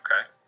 Okay